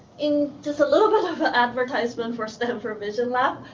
in just a little bit of ah advertisement for stanford vision lab,